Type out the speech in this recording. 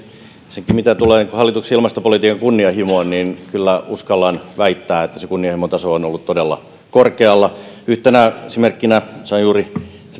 mitä tulee hallituksen ilmastopolitiikan kunnianhimoon niin uskallan kyllä väittää että kunnianhimon taso on on ollut todella korkealla yhtenä esimerkkinä sain juuri